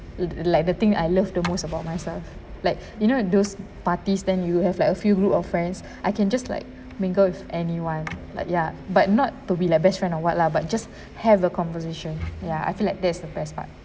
l~ like the thing I love the most about myself like you know those parties then you have like a few group of friends I can just like mingle with anyone like ya but not to be like best friend or what lah but just have a conversation ya I feel like that's the best part